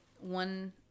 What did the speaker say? one